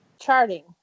charting